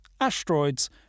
Asteroids